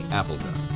Appleton